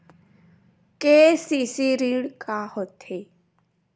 KCC ऋण का होथे?